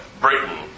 Britain